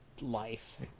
life